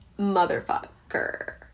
motherfucker